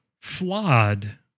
flawed